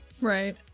Right